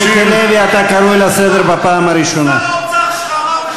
שר האוצר שלך אמר,